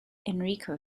enrico